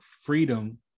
freedom